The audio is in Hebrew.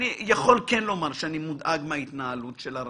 אני רק יכול לומר שאני מודאג מההתנהלות של הרשות.